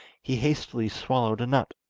he hastily swallowed a nut,